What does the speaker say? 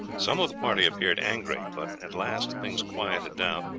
some of the party appeared angry but at last things quieted down,